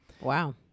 Wow